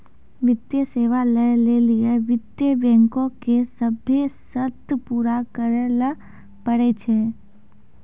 वित्तीय सेवा लै लेली वित्त बैंको के सभ्भे शर्त पूरा करै ल पड़ै छै